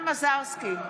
טטיאנה מזרסקי,